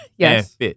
Yes